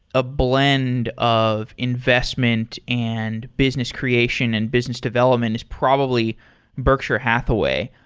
a blend of investment and business creation and business development is probably berkshire hathaway.